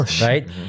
right